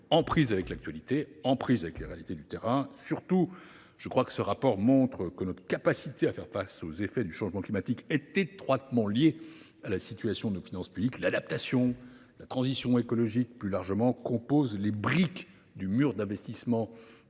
en prise avec l’actualité et les réalités du terrain. Surtout, ce rapport montre que notre capacité à faire face aux effets du changement climatique est étroitement liée à la situation de nos finances publiques. L’adaptation et plus largement la transition écologique composent les briques du mur d’investissements